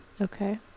okay